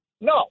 No